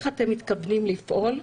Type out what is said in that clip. איך אתם מתכוונים לפעול.